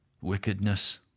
wickedness